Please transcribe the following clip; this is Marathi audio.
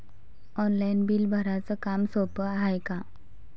ऑनलाईन बिल भराच काम सोपं हाय का?